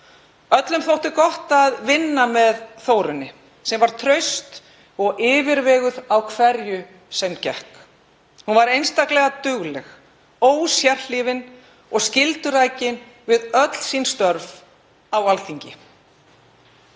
Öllum þótti gott að vinna með Þórunni sem var traust og yfirveguð á hverju sem gekk. Hún var einstaklega dugleg, ósérhlífin og skyldurækin við öll störf sín á Alþingi.